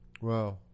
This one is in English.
Wow